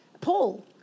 Paul